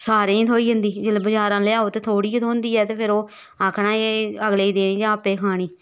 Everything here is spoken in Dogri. सारें गी थ्होई जंदी जेल्लै बजारा लैआओ ते थोह्ड़ी गै थ्होंदी ऐ ते फिर ओह् आखना एह् अगले गी देनी जां आपें खानी